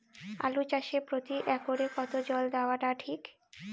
আলু চাষে প্রতি একরে কতো জল দেওয়া টা ঠিক?